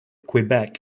quebec